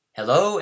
Hello